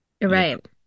Right